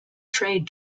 trade